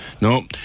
No